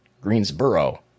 Greensboro